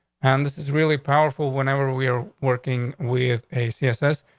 and this is really powerful whenever we're working with a css,